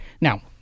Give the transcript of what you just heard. Now